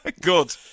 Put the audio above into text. Good